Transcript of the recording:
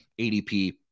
adp